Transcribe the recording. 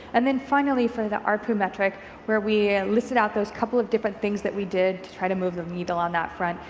and then finally for the arpu metric where we listed out those couple of different things we did to try to move the needle on that front,